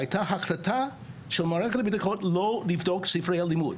היתה החלטה של מערכת הבטחון לא לבדוק ספרי לימוד.